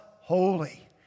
holy